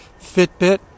Fitbit